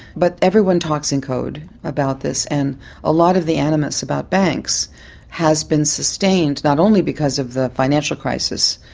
but everyone talks in code about this, and a lot of the animus about banks has been sustained not only because of the financial crisis,